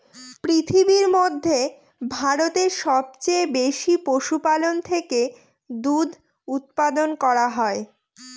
পৃথিবীর মধ্যে ভারতে সবচেয়ে বেশি পশুপালন থেকে দুধ উপাদান করা হয়